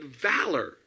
valor